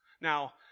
Now